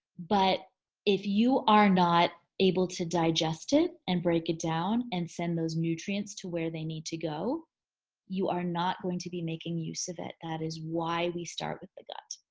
but if you are not able to digest it and break it down and send those nutrients to where they need to go you are not going to be making use of it. that is why we start with the gut.